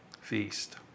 feast